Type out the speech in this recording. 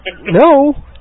No